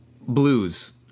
blues